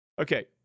Okay